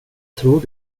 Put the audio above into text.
tror